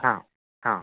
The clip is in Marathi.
हां हां